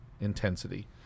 intensity